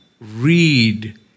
read